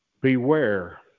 Beware